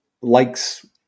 likes